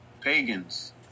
pagans